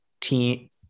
team